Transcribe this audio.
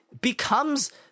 becomes